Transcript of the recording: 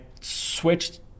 switched